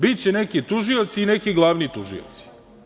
Biće neki tužilac i neki glavni tužioci.